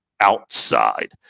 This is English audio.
outside